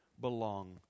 belong